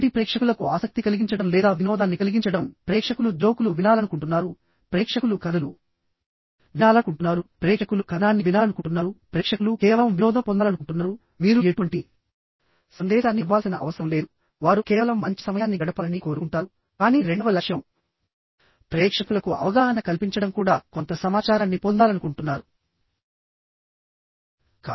ఒకటి ప్రేక్షకులకు ఆసక్తి కలిగించడం లేదా వినోదాన్ని కలిగించడం ప్రేక్షకులు జోకులు వినాలనుకుంటున్నారు ప్రేక్షకులు కథలు వినాలనుకుంటున్నారు ప్రేక్షకులు కథనాన్ని వినాలనుకుంటున్నారుప్రేక్షకులు కేవలం వినోదం పొందాలనుకుంటున్నారు మీరు ఎటువంటి సందేశాన్ని ఇవ్వాల్సిన అవసరం లేదు వారు కేవలం మంచి సమయాన్ని గడపాలని కోరుకుంటారు కానీ రెండవ లక్ష్యం ప్రేక్షకులకు అవగాహన కల్పించడం కూడా కొంత సమాచారాన్ని పొందాలనుకుంటున్నారు